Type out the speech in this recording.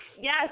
yes